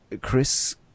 Chris